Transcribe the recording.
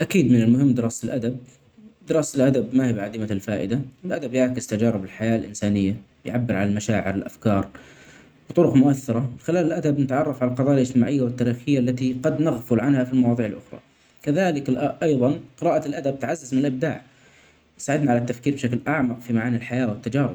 اكيد من المهم دراسة الادب. دراسه الادب ماهي بعديمه الفائده, الادب يعكس تجارب الحياه الانسانيه, يعبر عن المشاعر, الأفكار, وطرق مؤثره. خلال الادب نتعرف علي القضايا الاجتماعيه والتاريخيه التي قد نغفل عنها في المواضع الاخري. كذلك ال - ايضا قراءه الأدب تعزز من الابداع وتساعدنا على التفكير بشكل أعمق في معاني الحياة والتجارب.